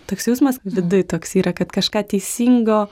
toks jausmas viduj toks yra kad kažką teisingo